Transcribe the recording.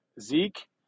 Zeke